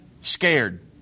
scared